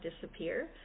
disappear